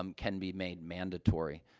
um can be made mandatory,